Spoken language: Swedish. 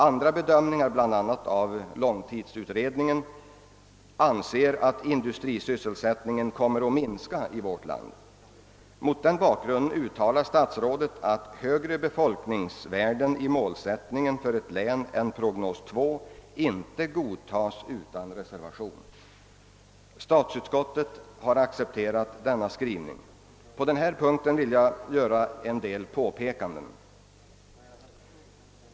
Andra bedömningar — bl.a. av långtidsutredningen — går ut på att industrisysselsättningen kommer att minska i vårt land. Mot den bakgrunden uttalar statsrådet att högre befolkningsvärden i målsättningen för ett län än prognos 2 anger inte godtas utan reservation. Statsutskottet har accepterat den skrivningen. Jag vill på denna punkt göra en del påpekanden.